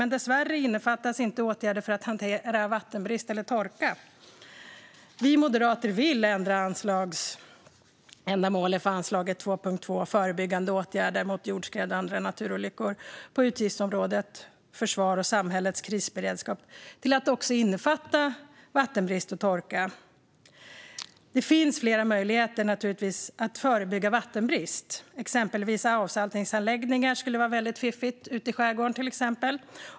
Men dessvärre innefattas inte åtgärder för att hantera vattenbrist eller torka. Vi Moderater vill ändra anslagsändamålen för anslaget 2:2 Förebyggande åtgärder mot jordskred och andra naturolyckor inom utgiftsområdet Försvar och samhällets krisberedskap till att också innefatta vattenbrist och torka. Det finns flera möjligheter att förebygga vattenbrist. Exempelvis skulle avsaltningsanläggningar vara väldigt fiffigt ute i skärgården.